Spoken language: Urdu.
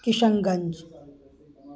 کشن گنج